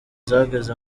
zageze